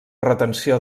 retenció